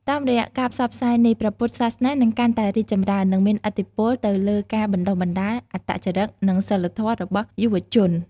តាមរយៈការផ្សព្វផ្សាយនេះ ព្រះពុទ្ធសាសនានឹងកាន់តែរីកចម្រើន និងមានឥទ្ធិពលទៅលើការបណ្តុះបណ្តាលអត្តចរិត និងសីលធម៌របស់យុវជន។